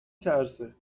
ترسه